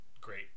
great